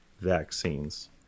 vaccines